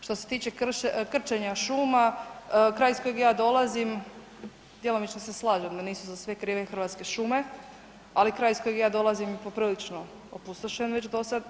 Što se tiče krčenja šuma, kraj iz kojeg ja dolazim djelomično se slažem da nisu za sve krive Hrvatske šume, ali kraj iz kojeg ja dolazim poprilično opustošen već do sad.